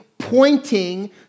pointing